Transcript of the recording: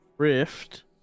rift